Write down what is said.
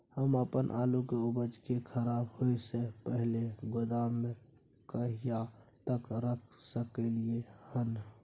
हम अपन आलू के उपज के खराब होय से पहिले गोदाम में कहिया तक रख सकलियै हन?